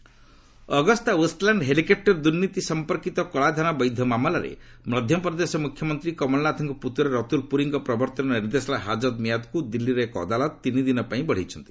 court Ratul Puri AgustaWestland helicopter ଦୁର୍ନୀତି ସମ୍ପର୍କୀତ କଳାଧନ ବୈଧ ମାମଲାରେ ମଧ୍ୟପ୍ରଦେଶ ମୁଖ୍ୟମନ୍ତ୍ରୀ କମଲନାଥଙ୍କ ପୁତୁରା ରତୁଲ ପୁରୀଙ୍କ ପ୍ରବର୍ତ୍ତନ ନିର୍ଦ୍ଦେଶାଳୟ ହାଜଦ ମିଆଦକୁ ଦିଲ୍ଲୀର ଏକ ଅଦାଲତ ତିନିଦିନ ପାଇଁ ବଢ଼ାଇଛନ୍ତି